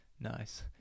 Nice